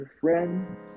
Friends